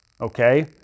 Okay